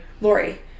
Lori